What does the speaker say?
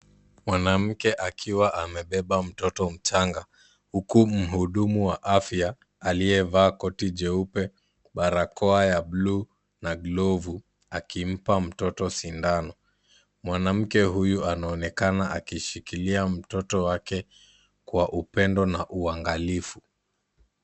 Mwanamke akiwa amebeba mtoto mchanga huku mhudumu wa afya aliyevaa koti jeupe barakoa ya bluu na glovu akimpa mtoto sindano. Mwanamke huyu anaonekana akishikilia mtoto wake kwa upendo na uangalifu.